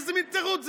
איזה מין תירוץ זה?